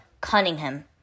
Cunningham